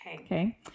Okay